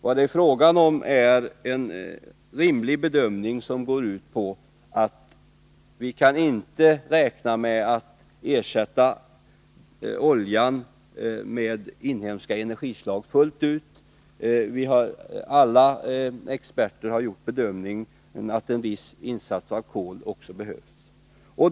Vad det är fråga om är en rimlig bedömning som går ut på att vi inte kan räkna med att ersätta oljan med imhemska energislag fullt ut. Alla experter har gjort bedömningen att en viss insats av kol också behövs.